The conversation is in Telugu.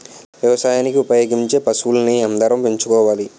వ్యవసాయానికి ఉపయోగించే పశువుల్ని అందరం పెంచుకోవాలి